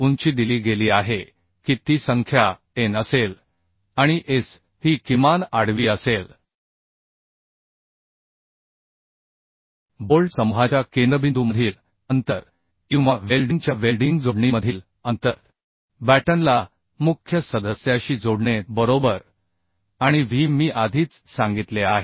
उंची दिली गेली आहे की ती संख्या एन असेल आणि एस ही किमान आडवी असेलबोल्ट समूहाच्या केंद्रबिंदूमधील अंतर किंवा वेल्डिंगच्या वेल्डिंग जोडणीमधील अंतर बॅटनला मुख्य सदस्याशी जोडणे बरोबर आणि व्ही मी आधीच सांगितले आहे